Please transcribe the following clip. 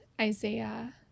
Isaiah